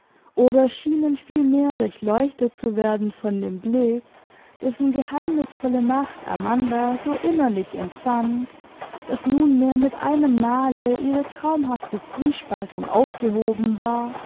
oder schienen vielmehr durchleuchtet zu werden von dem blick dessen geheimnisvolle macht amanda so innerlich empfand daß nunmehr mit einem male ihre traumhafte zwiespaltung aufgehoben war